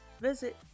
visit